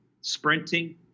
sprinting